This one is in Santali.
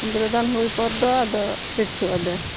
ᱥᱤᱸᱫᱽᱨᱟᱹᱫᱟᱱ ᱦᱩᱭ ᱯᱚᱨ ᱫᱚ ᱟᱫᱚ ᱯᱤᱲᱪᱷᱟᱹᱣ ᱟᱫᱮᱨ